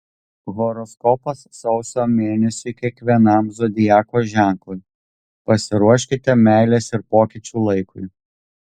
horoskopas sausio mėnesiui kiekvienam zodiako ženklui pasiruoškite meilės ir pokyčių laikui